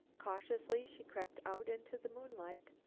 cautiously she crept out into the moonlight.